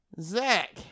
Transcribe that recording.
Zach